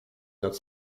nad